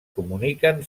comuniquen